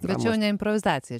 bet čia jau ne improvizacija